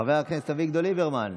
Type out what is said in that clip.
חבר הכנסת אביגדור ליברמן,